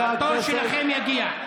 התור שלכם יגיע.